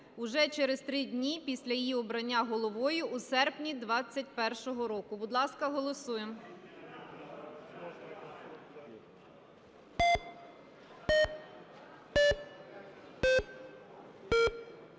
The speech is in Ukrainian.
уже через три дні після її обрання головою у серпні 2021 року. Будь ласка, голосуємо.